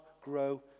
grow